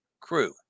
crew